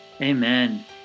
Amen